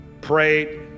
prayed